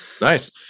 Nice